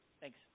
Thanks